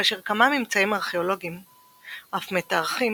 כאשר כמה ממצאים ארכאולוגיים אף מתארכים